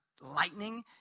lightning